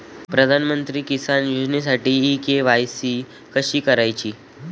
प्रधानमंत्री किसान योजनेसाठी इ के.वाय.सी कशी करायची?